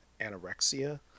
anorexia